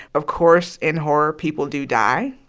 of course, in horror, people do die.